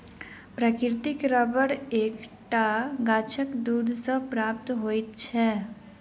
प्राकृतिक रबर एक टा गाछक दूध सॅ प्राप्त होइत छै